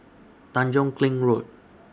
Tanjong Kling Road